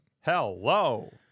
Hello